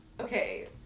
okay